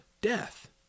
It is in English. death